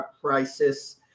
crisis